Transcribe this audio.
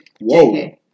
Whoa